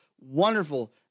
wonderful